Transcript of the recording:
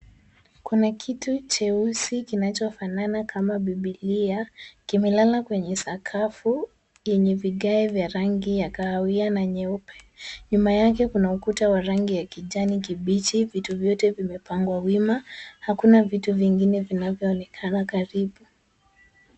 Kuna kitu cheuzi kinachofanana kama Biblia kimelala kwenye sakafu yenye vigae cya rangi ya kahawia na nyeupe. Nyuma yake kuna ukuta wa rangi ya kijani kibichi. Vitu vyote vimepangwa wima. Hakuna vitu vingine vinavyoonekana karibu.